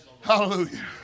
Hallelujah